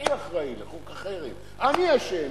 אני אחראי לחוק החרם, אני אשם.